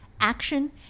action